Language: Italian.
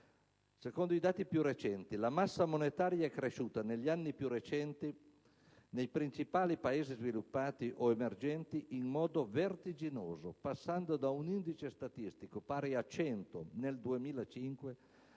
Secondo i dati più recenti, la massa monetaria è cresciuta negli anni più recenti nei principali Paesi sviluppati o emergenti in modo vertiginoso, passando da un indice statistico pari a 100 nel 2005,